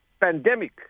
pandemic